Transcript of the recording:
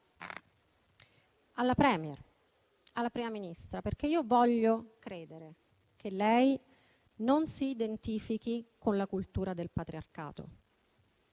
alla *Premier*, alla Prima ministra, perché voglio credere che non si identifichi con la cultura del patriarcato.